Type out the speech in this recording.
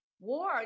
war